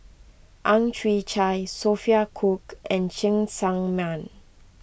Ang Chwee Chai Sophia Cooke and Cheng Tsang Man